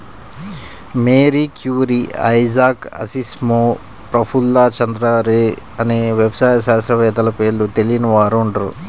Mary Curie, Isaac Asimov, Prafulla Chandra Ray అనే వ్యవసాయ శాస్త్రవేత్తల పేర్లు తెలియని వారుండరు